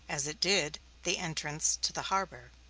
as it did, the entrance to the harbor.